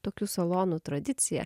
tokių salonų tradicija